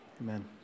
Amen